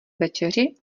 večeři